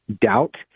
doubt